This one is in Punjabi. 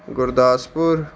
ਗੁਰਦਾਸਪੁਰ